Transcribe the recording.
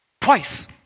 Twice